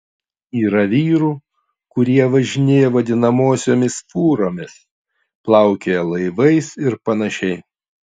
yra vyrų kurie važinėja vadinamosiomis fūromis plaukioja laivais ir panašiai